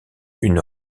une